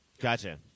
Gotcha